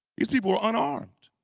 these people were unarmed.